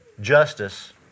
justice